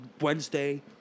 Wednesday